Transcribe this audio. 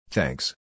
Thanks